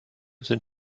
sind